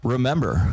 Remember